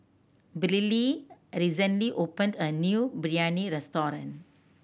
Briley recently opened a new Biryani restaurant